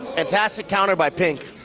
fantastic counter by pink.